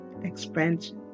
expansion